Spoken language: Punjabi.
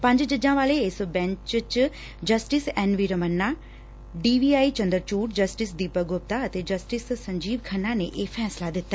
ਪੰਜ ਜੱਜਾ ਵਾਲੇ ਇਸ ਬੈਚ ਚ justice N V Ramana D Y Chandrachud justice Deepak Gupta ਅਤੇ ਜਸਟਿਸ ਸੰਜੀਵ ਖੰਨਾ ਨੇ ਇਹ ਫੈਸਲਾ ਦਿੱਤਾ